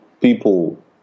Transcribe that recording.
people